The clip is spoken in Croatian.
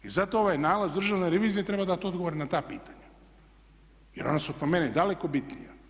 I zato ovaj nalaz Državne revizije treba dati odgovore na ta pitanja, jer ona su po meni daleko bitnija.